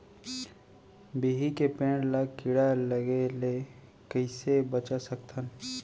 बिही के पेड़ ला कीड़ा लगे ले कइसे बचा सकथन?